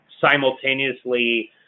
simultaneously